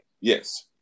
Yes